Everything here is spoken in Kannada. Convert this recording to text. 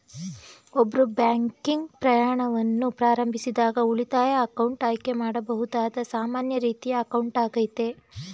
ಒಬ್ರು ಬ್ಯಾಂಕಿಂಗ್ ಪ್ರಯಾಣವನ್ನ ಪ್ರಾರಂಭಿಸಿದಾಗ ಉಳಿತಾಯ ಅಕೌಂಟ್ ಆಯ್ಕೆ ಮಾಡಬಹುದಾದ ಸಾಮಾನ್ಯ ರೀತಿಯ ಅಕೌಂಟ್ ಆಗೈತೆ